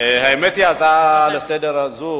האמת היא שההצעה לסדר-היום הזו